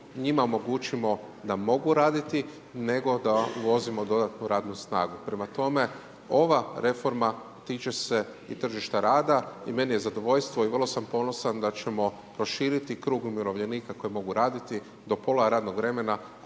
njima omogućimo da mogu raditi nego da uvozimo dodatnu radnu snagu. Prema tome, ova reforma tiče se i tržišta rada i meni je zadovoljstvo i vrlo sam ponosan da ćemo proširiti krug umirovljenika koji mogu raditi do pola radnog vremena